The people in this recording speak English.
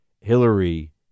hillary